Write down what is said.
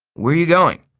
where are you going?